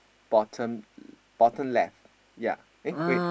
bottom bottom left ya eh wait